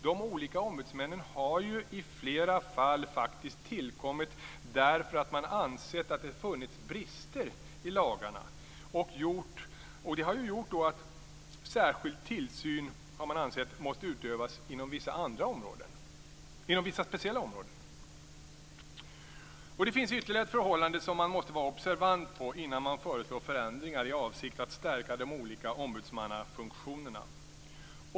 De olika ombudsmännen har ju i flera fall faktiskt tillkommit därför att man ansett att det funnits brister i lagarna som gjort att särskild tillsyn måst utövas inom vissa speciella områden. Det finns ytterligare ett förhållande som man måste vara observant på innan man förslår förändringar i avsikt att stärka de olika ombudsmannafunktionerna.